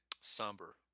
Somber